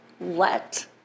Let